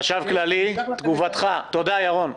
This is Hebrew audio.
תודה, ירון.